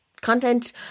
content